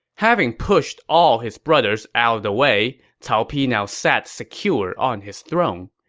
having pushed all his brothers out of the way, cao pi now sat secure on his throne.